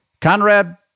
Conrad